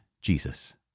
Jesus